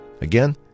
Again